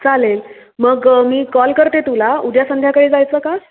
चालेल मग मी कॉल करते तुला उद्या संध्याकाळी जायचं का